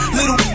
little